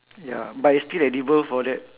ya but it's still edible for that